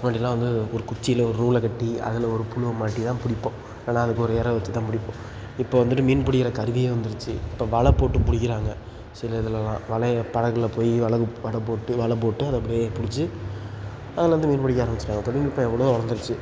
முன்னாடிலாம் வந்து ஒரு குச்சியில் ஒரு நூலை கட்டி அதில் ஒரு புழுவ மாட்டி தான் பிடிப்போம் ஆனால் அதுக்கு ஒரு எரை வெச்சு தான் பிடிப்போம் இப்போ வந்துவிட்டு மீன் பிடிக்கிற கருவியே வந்துடுச்சு இப்போ வலை போட்டு பிடிக்கிறாங்க சில இதிலலாம் வலையை படகில் போய் வலை ப் வலை போட்டு வலை போட்டு அதை அப்படியே பிடிச்சு அதில் வந்து மீன் பிடிக்க ஆரம்பிச்சுட்டாங்க தொழில்நுட்பம் எவ்வளோ வளந்துடுச்சு